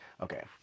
okay